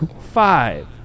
five